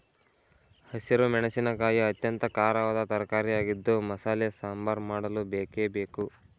ಹಸಿರು ಮೆಣಸಿನಕಾಯಿ ಅತ್ಯಂತ ಖಾರವಾದ ತರಕಾರಿಯಾಗಿದ್ದು ಮಸಾಲೆ ಸಾಂಬಾರ್ ಮಾಡಲು ಬೇಕೇ ಬೇಕು